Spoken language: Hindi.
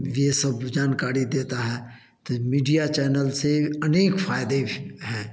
ये सब जानकारी देता है तो मीडिया चैनल से अनेक फायदे भी हैं